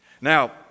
Now